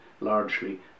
largely